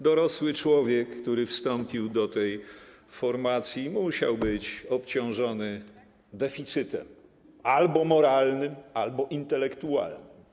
Dorosły człowiek, który wstąpił do tej formacji, musiał być obciążony deficytem - albo moralnym, albo intelektualnym.